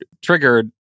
triggered